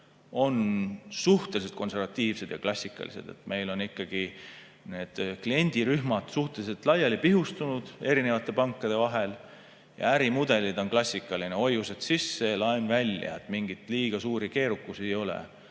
on suhteliselt konservatiivsed ja klassikalised. Meil on kliendirühmad ikkagi suhteliselt laiali pihustunud erinevate pankade vahel ja ärimudelid on klassikalised: hoiused sisse, laen välja. Mingeid liiga suuri keerukusi ei ole.